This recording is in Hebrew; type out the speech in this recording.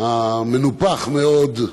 המנופח מאוד,